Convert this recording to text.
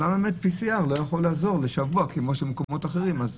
למה באמת PCR לא יכול לעזור לשבוע כמו שבמקומות אחרים.